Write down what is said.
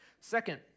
Second